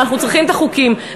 ואנחנו צריכים את החוקים.